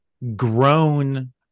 grown